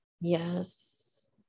Yes